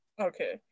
okay